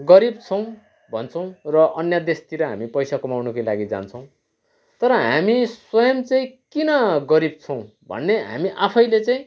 गरिब छौँ भन्छौँ र अन्य देशतिर हामी पैसा कमाउनकै लागि जान्छौँ तर हामी स्वयम् चाहिँ किन गरिब छौँ भन्ने हामी आफैले चाहिँ